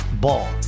Ball